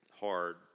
hard